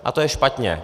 A to je špatně.